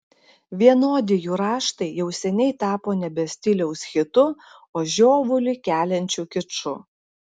vienodi jų raštai jau seniai tapo nebe stiliaus hitu o žiovulį keliančiu kiču